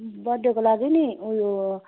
बर्थडेको लागि नि उयो